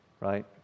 right